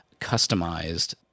customized –